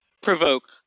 provoke